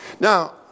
Now